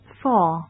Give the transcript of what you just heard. four